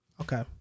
Okay